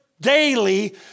daily